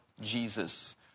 Jesus